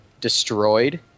destroyed